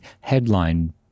headline